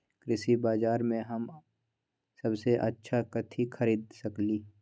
कृषि बाजर में हम सबसे अच्छा कथि खरीद सकींले?